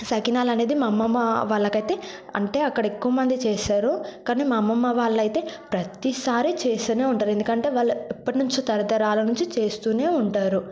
సకినాలు అనేది మా అమ్మమ్మ వాళ్లకైతే అంటే అక్కడ ఎక్కువ మంది చేస్తారు కానీ మా అమ్మమ్మ వాళ్ళైతే ప్రతిసారి చేస్తూనే ఉంటారు ఎందుకంటే వాళ్ళు ఎప్పటినుంచి తరతరాల నుంచి చేస్తూనే ఉంటారు